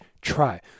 try